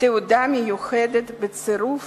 תעודה מיוחדת בצירוף